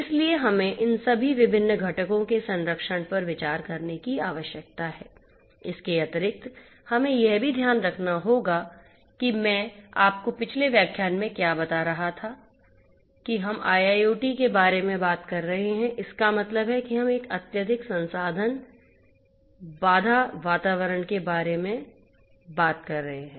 इसलिए हमें इन सभी विभिन्न घटकों के संरक्षण पर विचार करने की आवश्यकता है इसके अतिरिक्त हमें यह भी ध्यान में रखना होगा कि मैं आपको पिछले व्याख्यान में क्या बता रहा था कि हम IIoT के बारे में बात कर रहे हैं इसका मतलब है कि हम एक अत्यधिक संसाधन बाधा वातावरण के बारे में बात कर रहे हैं